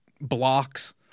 blocks